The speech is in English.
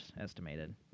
estimated